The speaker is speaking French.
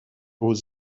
aux